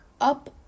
up